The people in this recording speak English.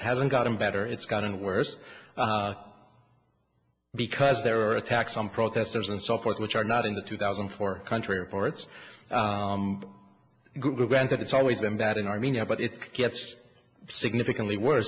hasn't gotten better it's gotten worse because there are attacks on protesters and so forth which are not in the two thousand and four country reports granted it's always been that in armenia but it gets significantly wor